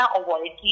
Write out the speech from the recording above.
avoid